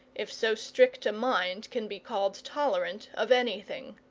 if so strict a mind can be called tolerant of anything.